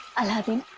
aladdin.